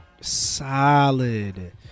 solid